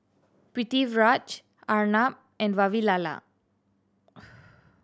Pritiviraj Arnab and Vavilala